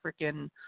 freaking